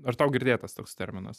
ar tau girdėtas toks terminas